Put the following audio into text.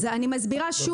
אז אני מסבירה שוב,